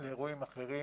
לאירועים אחרים